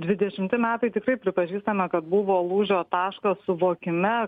dvidešimti metai tikrai pripažįstame kad buvo lūžio taškas suvokime